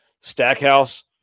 Stackhouse